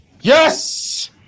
Yes